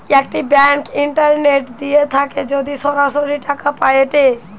একটি bank internet দিয়ে থাকে যদি সরাসরি টাকা পায়েটে